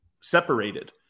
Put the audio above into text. separated